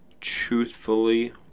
truthfully